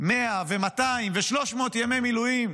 100 ו-200 ו-300 ימי מילואים.